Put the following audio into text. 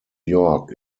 york